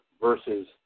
versus